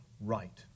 right